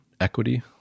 Equity